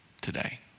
today